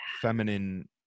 feminine